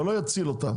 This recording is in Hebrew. אבל זה לא יציל אותם.